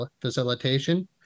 facilitation